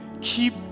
keep